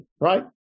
Right